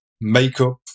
makeup